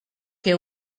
que